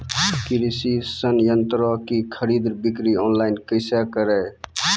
कृषि संयंत्रों की खरीद बिक्री ऑनलाइन कैसे करे?